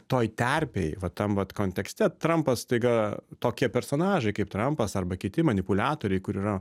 toj terpėj va tam vat kontekste trampas staiga tokie personažai kaip trampas arba kiti manipuliatoriai kur yra